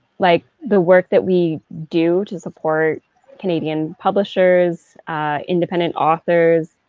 like the work that we do to support canadian publishers independent authors,